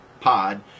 pod